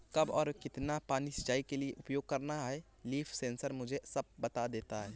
कब और कितना पानी सिंचाई के लिए उपयोग करना है लीफ सेंसर मुझे सब बता देता है